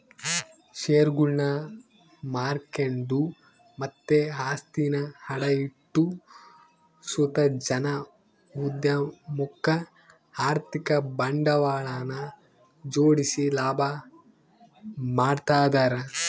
ಷೇರುಗುಳ್ನ ಮಾರ್ಕೆಂಡು ಮತ್ತೆ ಆಸ್ತಿನ ಅಡ ಇಟ್ಟು ಸುತ ಜನ ಉದ್ಯಮುಕ್ಕ ಆರ್ಥಿಕ ಬಂಡವಾಳನ ಜೋಡಿಸಿ ಲಾಭ ಮಾಡ್ತದರ